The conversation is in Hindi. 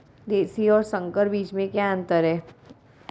देशी और संकर बीज में क्या अंतर है?